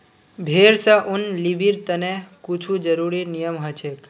भेड़ स ऊन लीबिर तने कुछू ज़रुरी नियम हछेक